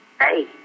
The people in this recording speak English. Hey